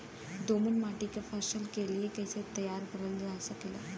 दोमट माटी के फसल के लिए कैसे तैयार करल जा सकेला?